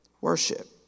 worship